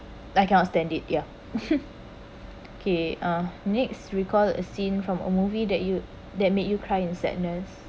I cannot stand it ya okay uh next recall a scene from a movie that you that made you cry in sadness